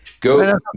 Go